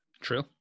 True